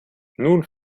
nun